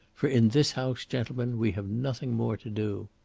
for in this house, gentlemen, we have nothing more to do.